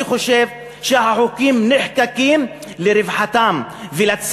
אני חושב שהחוקים נחקקים לרווחתם ולמען